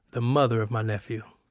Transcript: the mother of my nephew